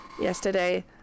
yesterday